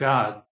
God